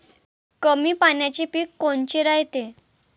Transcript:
कमी पाण्याचे पीक कोनचे रायते?